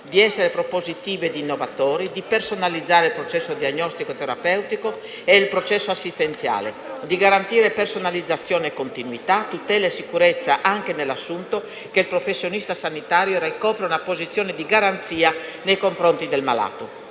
di essere propositivi e innovatori, di personalizzare il processo diagnostico terapeutico e il processo assistenziale, di garantire personalizzazione e continuità, tutela e sicurezza anche nell'assunto che il professionista sanitario ricopre una posizione di garanzia nei confronti del malato.